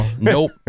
Nope